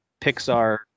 Pixar